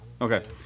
Okay